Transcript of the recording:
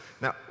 Now